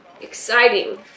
exciting